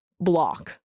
block